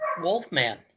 Wolfman